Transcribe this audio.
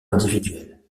individuelle